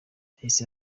yahise